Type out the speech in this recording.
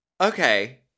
Okay